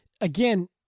Again